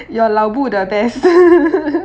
your lao bu the best